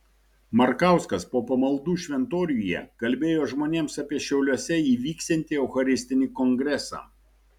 markauskas po pamaldų šventoriuje kalbėjo žmonėms apie šiauliuose įvyksiantį eucharistinį kongresą